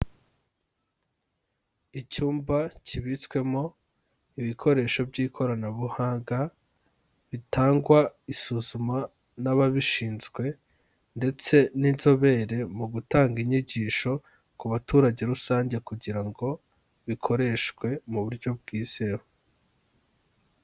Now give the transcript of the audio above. Icyumba kibitswemo ibikoresho by'ikoranabuhanga, bitangwa isuzuma n'ababishinzwe ndetse n'inzobere mu gutanga inyigisho ku baturage rusange kugira ngo bikoreshwe mu buryo bwizewe.